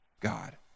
God